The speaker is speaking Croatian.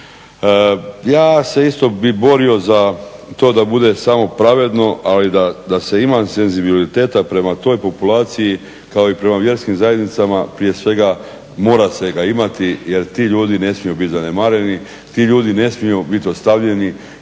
Ja se bi isto borio za to da bude samo pravedno ali da se ima senzibiliteta prema toj populaciji kao i prema vjerskim zajednicama prije svega mora se ga imati jer ti ljudi ne smiju biti zanemareni. Ti ljudi ne smiju biti ostavljeni